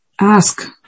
ask